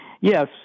Yes